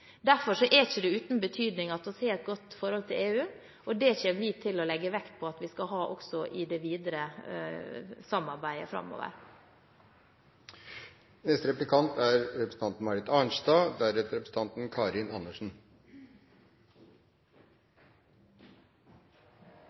Derfor er det ikke uten betydning at vi har et godt forhold til EU, og det kommer vi til å legge vekt på at vi skal ha også i det videre samarbeidet framover.